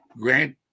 Grant